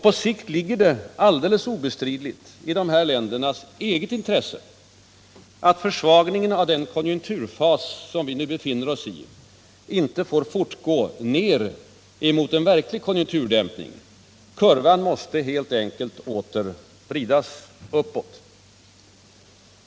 På sikt ligger det alldeles obestridligt i ländernas eget intresse att försvagningen av den konjunkturfas som vi nu befinner oss i inte får fortgå ner emot en verklig konjunkturdämpning. Kurvan måste helt enkelt åter vridas uppåt.